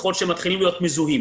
ככל שהם מתחילים להיות מזוהים.